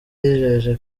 yijeje